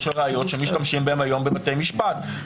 של ראיות שמשתמשים בהן היום בבתי משפט,